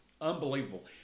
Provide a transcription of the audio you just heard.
unbelievable